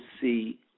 see